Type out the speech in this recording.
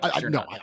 No